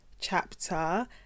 chapter